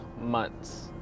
months